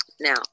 Now